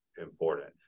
important